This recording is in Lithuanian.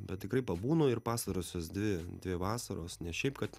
bet tikrai pabūnu ir pastarosios dvi dvi vasaros ne šiaip kad